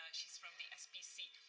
she is from the spc.